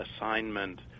assignment